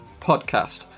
Podcast